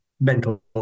mental